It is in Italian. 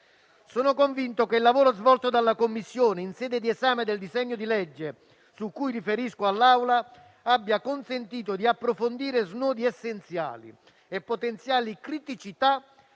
Sono convinto che il lavoro svolto dalla Commissione in sede di esame del disegno di legge su cui riferisco all'Assemblea abbia consentito di approfondire snodi essenziali e potenziali criticità